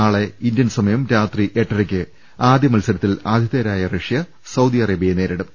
നാളെ ഇന്ത്യൻ സമയം രാത്രി എട്ടരയ്ക്ക് ആദ്യ മത്സരത്തിൽ ആതിഥേയരായ റഷ്യ സൌദി അറേ ബൃയെ നേരിടും